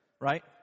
right